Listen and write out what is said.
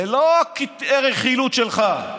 זה לא קטעי רכילות שלך,